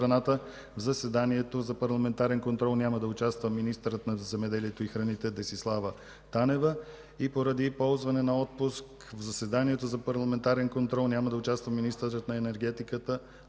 в заседанието за парламентарен контрол няма да участва министърът на земеделието и храните Десислава Танева. Поради ползване на отпуск, в заседанието за парламентарен контрол няма да участва министърът на енергетиката Теменужка Петкова.